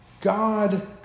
God